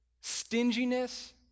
Stinginess